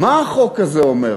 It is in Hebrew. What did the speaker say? מה החוק הזה אומר?